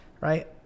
right